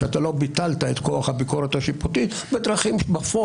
כשלא ביטלת את כוח הביקורת השיפוטית בפועל,